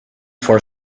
for